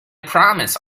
promise